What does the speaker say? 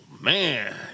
man